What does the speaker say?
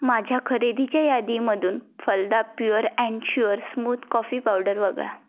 माझ्या खरेदीच्या यादीमधून Phalada pure and sure smooth coffee powder वगळा